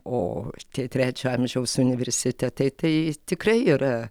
o tie trečio amžiaus universitetai tai tikrai yra